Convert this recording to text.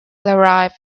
arrive